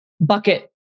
Bucket